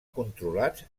controlats